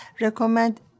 recommend